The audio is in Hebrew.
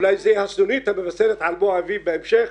אולי זו הסנונית המבשרת על בוא האביב בהמשך,